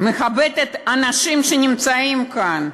צריך לכבד את האנשים שנמצאים כאן,